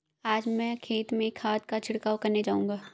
आज मैं खेत में खाद का छिड़काव करने जाऊंगा